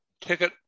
ticket